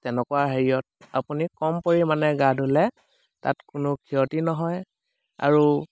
তেনেকুৱা হেৰিয়ত আপুনি কম পৰিমাণে গা ধুলে তাত কোনো ক্ষতি নহয় আৰু